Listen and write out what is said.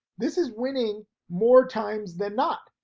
this is winning more times than not.